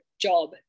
job